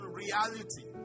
reality